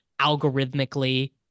algorithmically